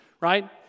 right